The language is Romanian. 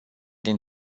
din